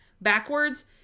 backwards